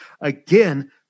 again